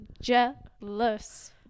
jealous